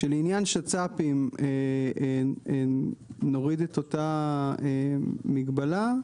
שלעניין שצ"פים נוריד את אותה מגבלה,